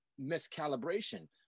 miscalibration